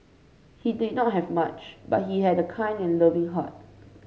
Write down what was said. he did not have much but he had a kind and loving heart